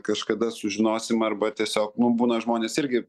kažkada sužinosim arba tiesiog nu būna žmonės irgi